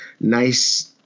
nice